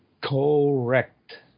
Correct